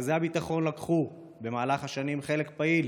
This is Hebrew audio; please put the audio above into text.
רכזי הביטחון לקחו במהלך השנים חלק פעיל